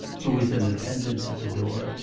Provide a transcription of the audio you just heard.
who was in attendance at the door,